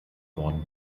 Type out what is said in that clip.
worden